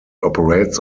operates